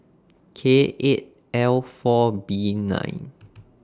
K eight L four B nine